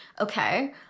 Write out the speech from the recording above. okay